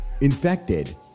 infected